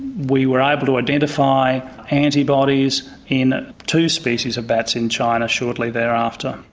we were able to identify antibodies in two species of bats in china shortly thereafter.